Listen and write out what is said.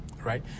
right